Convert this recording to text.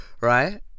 right